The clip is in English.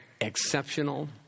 exceptional